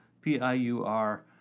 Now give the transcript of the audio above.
P-I-U-R